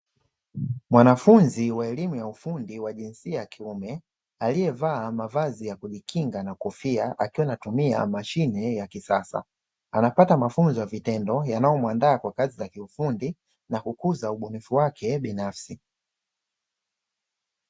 Mwanafunzi wa elimu ya ufundi wa jinsia ya kiume, aliyevaa mavazi ya kujikinga na kofia; akiwa anatumia mashine ya kisasa. Anapata mafunzo ya vitendo yanayomuandaa kwa kazi za kiufundi na kukuza ubunifu wake binafsi.